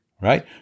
right